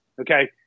okay